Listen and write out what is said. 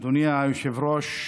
אדוני היושב-ראש,